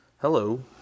Hello